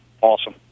awesome